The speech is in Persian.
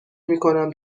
میکنم